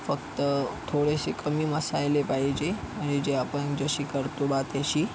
फक्त थोडेसे कमी मसाले पाहिजे आणि जे आपण जशी करतो बा तशी